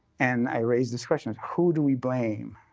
and i raised this question of, who do we blame?